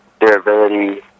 durability